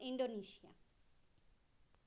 Indonesia